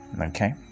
Okay